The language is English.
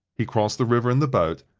he crossed the river in the boat,